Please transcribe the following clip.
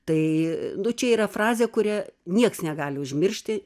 tai nu čia yra frazė kurią nieks negali užmiršti